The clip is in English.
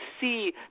see